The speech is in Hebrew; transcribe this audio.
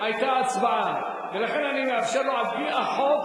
היתה הצבעה, ולכן אני מאפשר לו על-פי החוק.